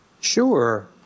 Sure